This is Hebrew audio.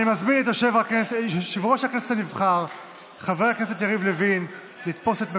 אני מזמין את יושב-ראש הכנסת הנבחר חבר הכנסת יריב לוין לתפוס את מקומו.